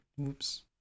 Oops